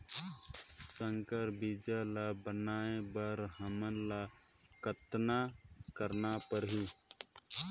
संकर बीजा ल बनाय बर हमन ल कतना करना परही?